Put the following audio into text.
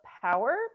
power